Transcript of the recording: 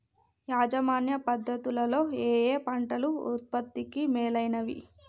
యాజమాన్య పద్ధతు లలో ఏయే పంటలు ఉత్పత్తికి మేలైనవి?